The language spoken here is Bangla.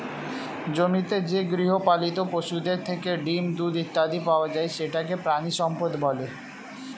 জমিতে যে গৃহপালিত পশুদের থেকে ডিম, দুধ ইত্যাদি পাওয়া যায় সেটাকে প্রাণিসম্পদ বলে